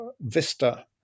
vista